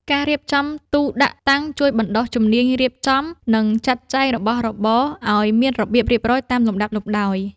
ការរៀបចំទូដាក់តាំងជួយបណ្ដុះជំនាញរៀបចំ និងចាត់ចែងរបស់របរឱ្យមានរបៀបរៀបរយតាមលំដាប់លំដោយ។